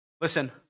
Listen